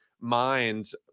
minds